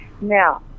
Now